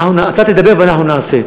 אתה תדבר ואנחנו נעשה.